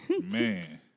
man